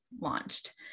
launched